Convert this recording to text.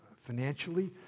financially